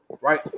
right